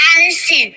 Allison